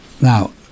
Now